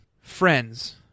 friends